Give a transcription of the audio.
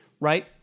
right